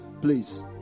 please